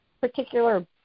particular